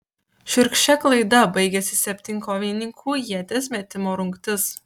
šiurkščia klaida baigėsi septynkovininkių ieties metimo rungtis